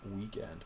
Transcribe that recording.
weekend